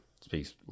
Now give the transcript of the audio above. speaks